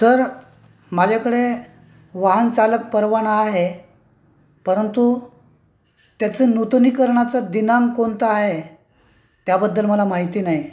तर माझ्याकडे वाहनचालक परवाना आहे परंतु त्याचं नूतनीकरणाचं दिनांक कोणता आहे त्याबद्दल मला माहिती नाही